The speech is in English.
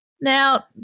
Now